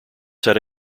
set